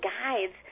guides